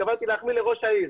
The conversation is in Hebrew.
התכוונתי להחמיא לראש העיר.